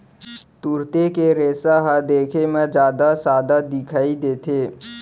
तुरते के रेसा ह देखे म जादा सादा दिखई देथे